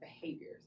behaviors